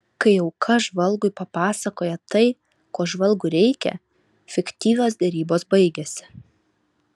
kai auka žvalgui papasakoja tai ko žvalgui reikia fiktyvios derybos baigiasi